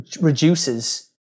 reduces